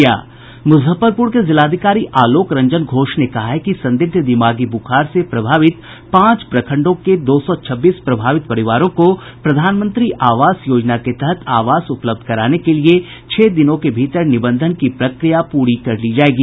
मुजफ्फरपुर के जिलाधिकारी आलोक रंजन घोष ने कहा है कि संदिग्ध दिमागी ब्रखार से प्रभावित पांच प्रखंडों के दो सौ छब्बीस प्रभावित परिवारों को प्रधानमंत्री आवास योजना के तहत आवास उपलब्ध कराने के लिए छह दिनों के भीतर निबंधन की प्रक्रिया पूरी कर ली जायेगी